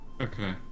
Okay